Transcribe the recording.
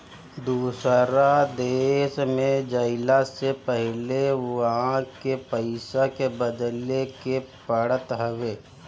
दूसरा देश में जइला से पहिले उहा के पईसा के बदले के पड़त हवे